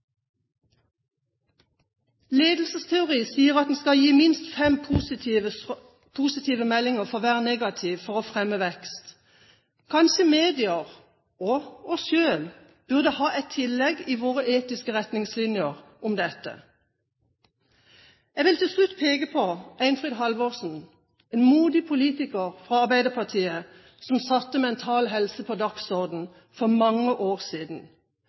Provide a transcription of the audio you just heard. Ledelsesteori sier at en skal gi minst fem positive meldinger for hver negativ for å fremme vekst. Kanskje medier og vi selv burde ha et tillegg i våre etiske retningslinjer om dette. Jeg vil til slutt peke på Einfrid Halvorsen, en modig politiker fra Arbeiderpartiet, som satte Mental Helse på dagsordenen for mange år siden.